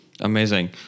Amazing